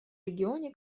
регионе